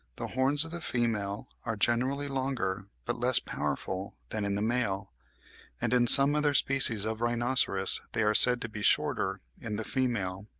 the horns of the female are generally longer but less powerful than in the male and in some other species of rhinoceros they are said to be shorter in the female.